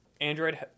Android